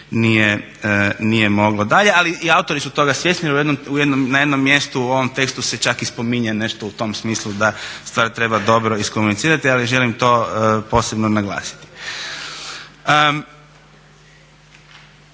nije moglo dalje. Ali i autori su toga svjesni, jer na jednom mjestu u ovom tekstu se čak i spominje nešto u tom smislu da stvar treba dobro iskomunicirati ali želim to posebno naglasiti.